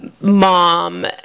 mom